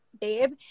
babe